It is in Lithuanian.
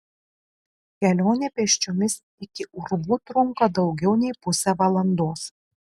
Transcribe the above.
kelionė pėsčiomis iki urvų trunka daugiau nei pusę valandos